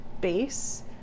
base